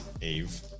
Eve